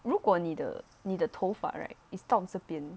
如果你的你的头发 right it stops 这边